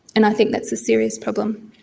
and i think that's a serious problem.